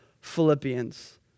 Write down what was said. Philippians